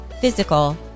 physical